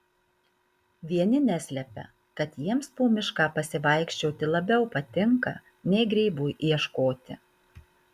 vieni neslepia kad jiems po mišką pasivaikščioti labiau patinka nei grybų ieškoti